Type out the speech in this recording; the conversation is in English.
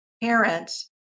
parents